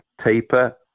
Taper